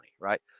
right